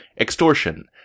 extortion